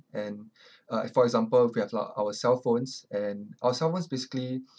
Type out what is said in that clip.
and uh for example we have like our cellphones and our cellphones basically